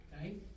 right